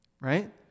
Right